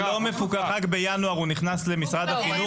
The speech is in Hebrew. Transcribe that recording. רק בינואר הוא ייכנס למשרד החינוך.